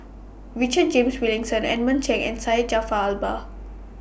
Richard James Wilkinson Edmund Cheng and Syed Jaafar Albar